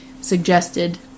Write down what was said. suggested